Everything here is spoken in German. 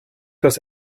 das